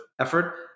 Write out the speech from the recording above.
effort